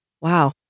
Wow